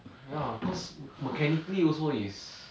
ya cause mechanically also is